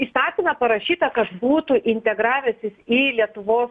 įstatyme parašyta kas būtų integravęsis į lietuvos